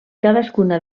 cadascuna